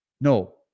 no